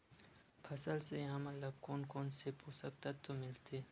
फसल से हमन ला कोन कोन से पोषक तत्व मिलथे?